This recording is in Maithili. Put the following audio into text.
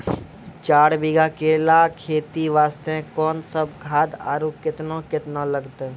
चार बीघा केला खेती वास्ते कोंन सब खाद आरु केतना केतना लगतै?